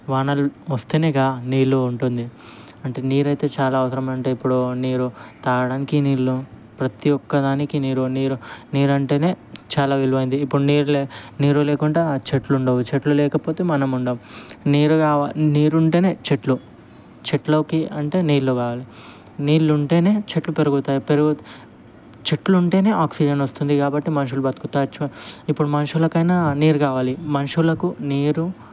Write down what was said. వానలు వస్తేనేగా నీళ్ళు ఉంటుంది అంటే నీరు అయితే చాలా అవసరం అంటే ఇప్పుడు నీరు తాగడానికి నీళ్ళు ప్రతి ఒక్క దానికి నీరు నీరు నీరు అంటేనే చాలా విలువైనది ఇప్పుడు నీరు లే నీరు లేకుండా చెట్లు ఉండవు చెట్లు లేకపోతే మనం ఉండము నీరు కావాలి నీరు ఉంటేనే చెట్లు చెట్లోకి అంటే నీళ్ళు కావాలి నీళ్ళుంటేనే చెట్లు పెరుగుతాయి పెరుగు చెట్లు ఉంటేనే ఆక్సిజన్ వస్తుంది కాబట్టి మనుషులు బ్రతకవచ్చు ఇప్పుడు మనుషులకైనా నీరు కావాలి మనుషులకు నీరు